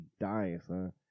dying